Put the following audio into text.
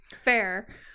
Fair